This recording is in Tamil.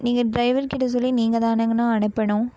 நீங்கள் டிரைவர் கிட்ட சொல்லி நீங்கதானேங்கண்ணா அனுப்பணும்